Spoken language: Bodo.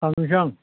थांनोसै आं